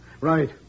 Right